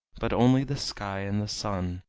but only the sky and the sun,